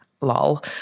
Lol